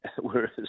Whereas